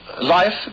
life